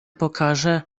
pokażę